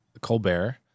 Colbert